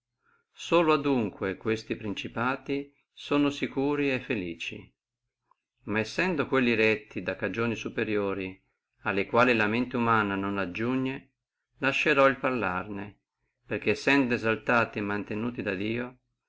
solo adunque questi principati sono sicuri e felici ma sendo quelli retti da cagioni superiore alla quale mente umana non aggiugne lascerò el parlarne perché sendo esaltati e mantenuti da dio